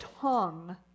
tongue